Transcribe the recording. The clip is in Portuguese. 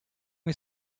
uma